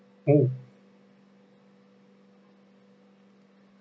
oh